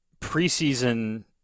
preseason